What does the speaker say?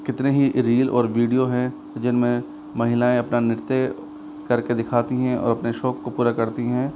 कितने ही रील और वीडियो हैं जिन में महिलाएँ अपना नृत्य कर के दिखाती हैं और अपने शौक को पूरा करती हैं